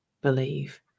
believe